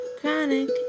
chronic